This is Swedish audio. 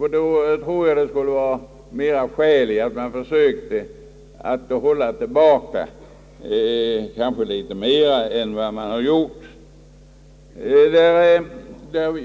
Jag tror att det tvärtom skulle finnas skäl att försöka hålla tillbaka mera än man har gjort.